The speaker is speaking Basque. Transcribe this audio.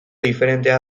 diferentea